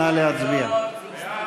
נא להצביע?